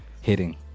hitting